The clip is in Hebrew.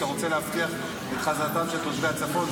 אתה רוצה להבטיח את חזרתם של תושבי הצפון.